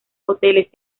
hoteles